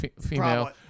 female